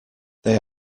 they